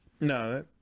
No